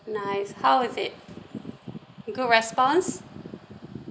nice how is it good response